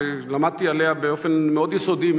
ולמדתי עליה באופן מאוד יסודי,